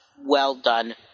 well-done